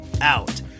out